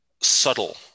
subtle